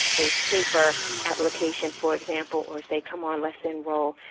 a paper application for example or say come on, let's enroll,